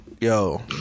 Yo